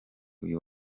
uyu